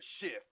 shift